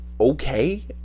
okay